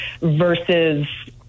versus